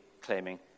claiming